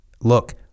Look